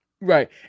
Right